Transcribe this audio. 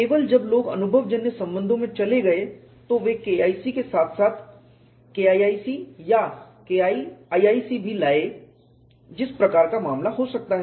केवल जब लोग अनुभवजन्य संबंधों में चले गए तो वे KIC के साथ साथ KIIC या KIIIC भी लाए जिस प्रकार का मामला हो सकता है